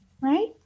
right